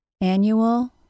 Annual